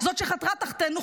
זאת שחתרה תחתינו,